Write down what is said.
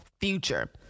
future